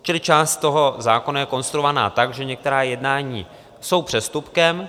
Čili část toho zákona je konstruovaná tak, že některá jednání jsou přestupkem.